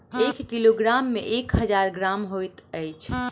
एक किलोग्राम मे एक हजार ग्राम होइत अछि